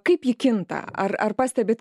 kaip ji kinta ar ar pastebit